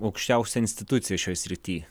aukščiausia institucija šioj srity